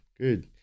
good